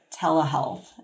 telehealth